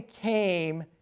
came